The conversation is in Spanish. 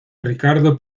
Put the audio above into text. ricardo